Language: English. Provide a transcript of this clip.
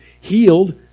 healed